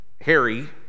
Harry